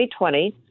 2020